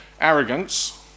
arrogance